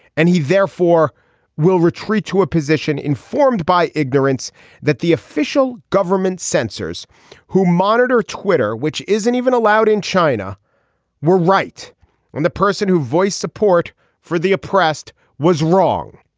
and he therefore will retreat to a position informed by ignorance that the official government censors who monitor twitter which isn't even allowed in china were right when the person who voiced support for the oppressed was wrong.